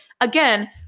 again